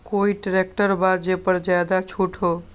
कोइ ट्रैक्टर बा जे पर ज्यादा छूट हो?